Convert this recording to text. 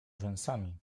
rzęsami